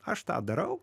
aš tą darau